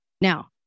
now